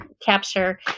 capture